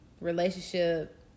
relationship